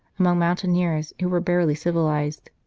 amongst mountaineers who were barely civilized.